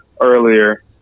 earlier